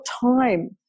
time